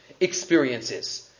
experiences